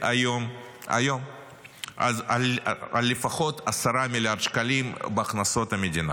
היום על לפחות 10 מיליארד שקלים בהכנסות המדינה.